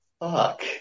Fuck